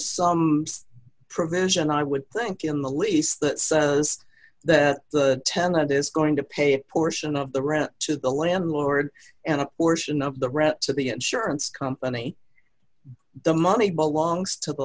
some provision i would think in the lease that says that tenet is going to pay a portion of the rent to the landlord and a portion of the rest to the insurance company the money belongs to the